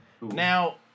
Now